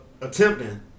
attempting